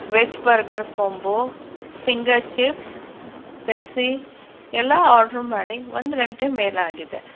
veg burger combo finger chips Pepsi ಎಲ್ಲ order ಮಾಡಿ ಒಂದು ಗಂಟೆ ಮೇಲಾಗಿದೆ